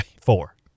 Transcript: Four